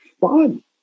fun